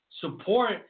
support